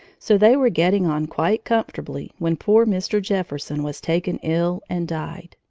so they were getting on quite comfortably when poor mr. jefferson was taken ill and died.